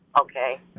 Okay